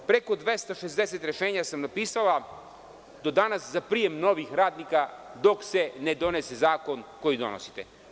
Preko 260 rešenja sam napisala do danas za prijem novih radnika, dok se ne donese zakon koji donosite.